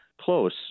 close